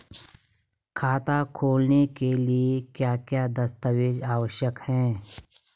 खाता खोलने के लिए क्या क्या दस्तावेज़ आवश्यक हैं?